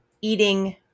eating